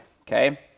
okay